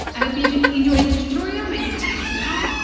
i hope you enjoyed this tutorial. my name is christine hull,